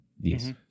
Yes